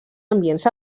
ambients